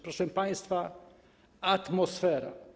Proszę państwa - atmosfera.